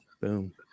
boom